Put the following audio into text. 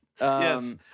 Yes